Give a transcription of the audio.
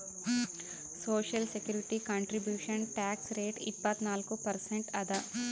social security contribution tax rate ಇಪ್ಪತ್ನಾಲ್ಕು percent ಅದ